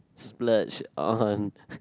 splurge on